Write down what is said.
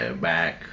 Back